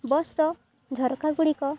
ବସ୍ର ଝରକା ଗୁଡ଼ିକ